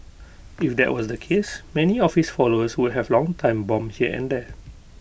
if that was the case many of his followers would have long time bomb here and there